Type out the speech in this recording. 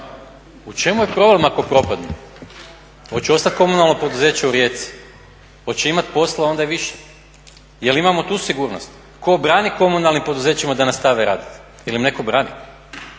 U čemu je problem ako propadnu? Hoće ostati komunalno poduzeće u Rijeci? Hoće imati posla onda i više. Je li imamo tu sigurnost? Tko brani komunalnim poduzećima da nastave raditi? Jel' im netko brani?